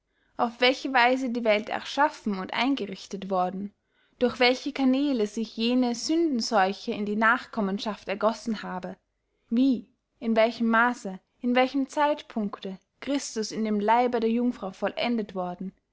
auf welche weise die welt erschaffen und eingerichtet worden durch welche canäle sich jene sündenseuche in die nachkommenschaft ergossen habe wie in welchem maasse in welchem zeitpunkte christus in dem leibe der jungfrau vollendet worden